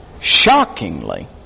shockingly